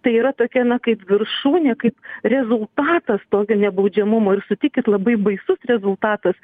tai yra tokia na kaip viršūnė kaip rezultatas tokio nebaudžiamumo ir sutikit labai baisus rezultatas